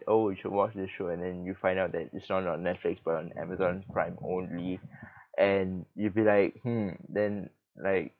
oh you should watch this show and then you find out that it's not on netflix but on amazon prime only and you be like hmm then like